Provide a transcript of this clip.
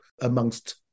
amongst